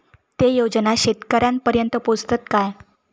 ते योजना शेतकऱ्यानपर्यंत पोचतत काय?